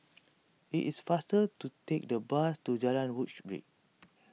it is faster to take the bus to Jalan Woodbridge